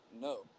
No